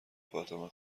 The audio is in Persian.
فاطمه